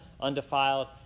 undefiled